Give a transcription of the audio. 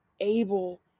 able